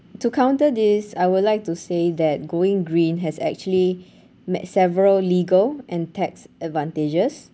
to counter this I would like to say that going green has actually met several legal and tax advantages